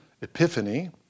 Epiphany